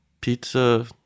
pizza